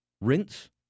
Rinse